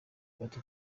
bati